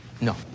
No